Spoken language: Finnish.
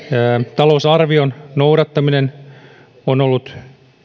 talousarvion noudattaminen on ollut